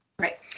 Right